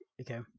Okay